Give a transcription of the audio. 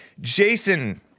Jason